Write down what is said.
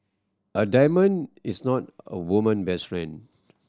a diamond is not a woman best friend